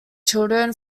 children